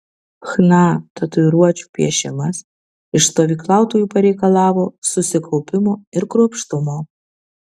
chna tatuiruočių piešimas iš stovyklautojų pareikalavo susikaupimo ir kruopštumo